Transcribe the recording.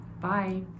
Bye